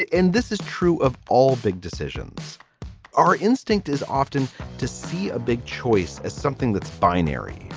and this is true of all big decisions our instinct is often to see a big choice as something that's binary,